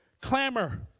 clamor